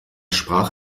sprach